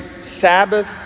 sabbath